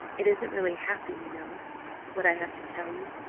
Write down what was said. it isn't really happy, you know what i have to tell you!